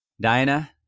Diana